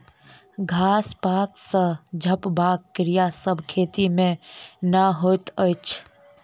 घास पात सॅ झपबाक क्रिया सभ खेती मे नै होइत अछि